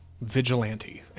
vigilante